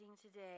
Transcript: today